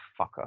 fucker